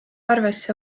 arvesse